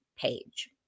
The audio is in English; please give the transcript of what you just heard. page